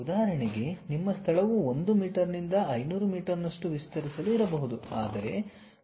ಉದಾಹರಣೆಗೆ ನಿಮ್ಮ ಸ್ಥಳವು 1 ಮೀಟರ್ನಿಂದ 500 ಮೀಟರ್ನಷ್ಟು ವಿಸ್ತರಿಸಲು ಇರಬಹುದು